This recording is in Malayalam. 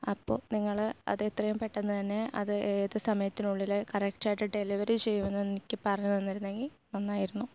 അപ്പോൾ നിങ്ങൾ അത് എത്രെയും പെട്ടെന്ന് തന്നെ അത് ഏത് സമയത്തിനുള്ളിൽ കറക്റ്റ് ആയിട്ട് ഡെലിവറി ചെയ്യുന്ന് എനിക്ക് പറഞ്ഞുതന്നിരുന്നെങ്കിൽ നന്നായിരുന്നു